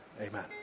Amen